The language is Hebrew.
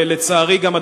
ולצערי גם,